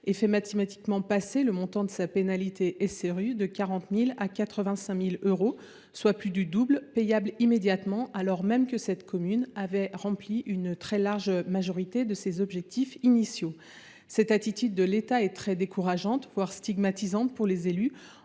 qui fait mathématiquement passer le montant de sa pénalité SRU de 40 000 euros à 85 000 euros, soit plus du double, payable immédiatement, alors même que cette commune avait atteint une très large majorité de ses objectifs initiaux en la matière. Une telle attitude de l’État est très décourageante, voire stigmatisante pour les élus.